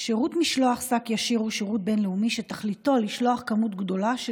שירות משלוח שק ישיר הוא שירות בין-לאומי שתכליתו לשלוח כמות גדולה של